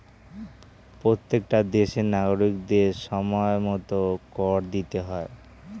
প্রত্যেকটা দেশের নাগরিকদের সময়মতো কর দিতে হয়